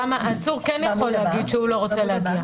העצור כן יכול להגיד שהוא לא רוצה להגיע.